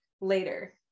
later